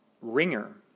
Ringer